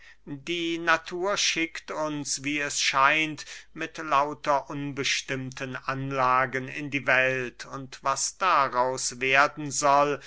die natur schickt uns wie es scheint mit lauter unbestimmten anlagen in die welt und was daraus werden soll